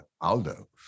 aldo